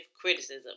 criticism